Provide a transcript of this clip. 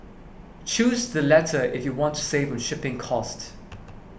choose the latter if you want to save on shipping cost